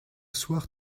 soir